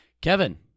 Kevin